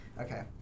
Okay